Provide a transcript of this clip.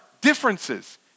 differences